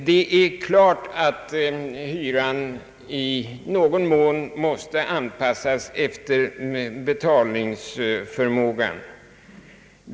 Det är klart att hyran i någon mån måste anpassas efter betalningsförmågan.